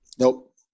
Nope